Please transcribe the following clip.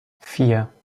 vier